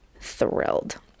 thrilled